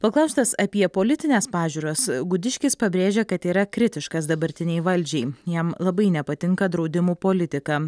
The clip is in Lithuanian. paklaustas apie politines pažiūras gudiškis pabrėžia kad yra kritiškas dabartinei valdžiai jam labai nepatinka draudimų politika